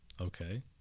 Okay